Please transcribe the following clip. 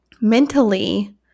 mentally